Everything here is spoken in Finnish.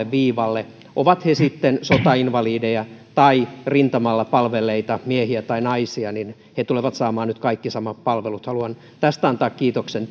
viivalle ovat he sitten sotainvalideja tai rintamalla palvelleita miehiä tai naisia niin he tulevat nyt saamaan kaikki samat palvelut haluan tästä antaa kiitoksen